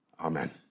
Amen